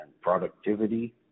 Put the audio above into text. productivity